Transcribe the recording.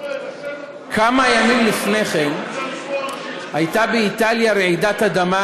כמה ימים לפני כן הייתה באיטליה רעידת אדמה,